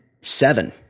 seven